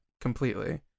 completely